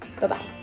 bye-bye